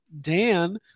Dan